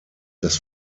das